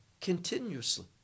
continuously